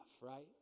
right